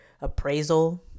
appraisal